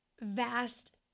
vast